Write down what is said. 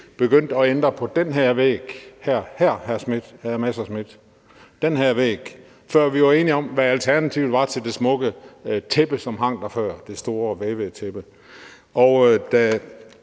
begyndte at ændre på den her væg – den her væg, hr. Morten Messerschmidt – før vi var enige om, hvad alternativet var til det smukke tæppe, som hang der før – det store vævede tæppe. Og da